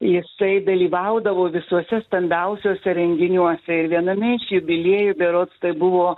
jisai dalyvaudavo visuose stambiausiuose renginiuose ir viename iš jubiliejų berods tai buvo